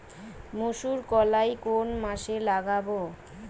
মুসুরকলাই কোন মাসে লাগাব?